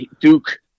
Duke